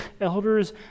elders